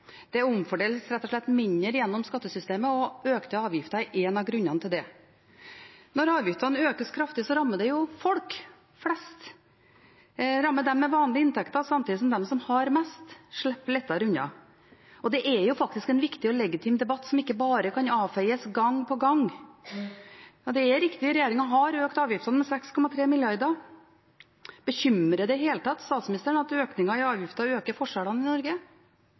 Det omfordeles rett og slett mindre gjennom skattesystemet, og økte avgifter er en av grunnene til det. Når avgiftene økes kraftig, rammer det folk flest. Det rammer dem med vanlige inntekter, samtidig som de som har mest, slipper lettere unna. Det er faktisk en viktig og legitim debatt som ikke bare kan avfeies gang på gang. Det er riktig at regjeringen har økt avgiftene med 6,3 mrd. kr. Bekymrer det i det hele tatt statsministeren at økningen i avgifter øker forskjellene i Norge?